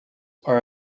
are